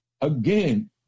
again